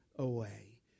away